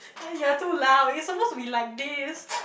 eh you're too loud you're supposed to be like this